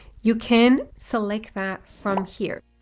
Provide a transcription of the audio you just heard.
you can select that from here.